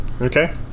okay